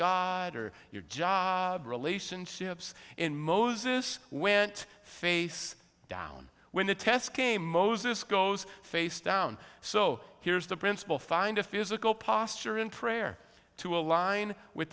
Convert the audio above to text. god or your job relationships in moses went face down when the test came over this goes face down so here's the principle find a physical posture in prayer to align with